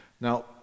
Now